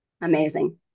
amazing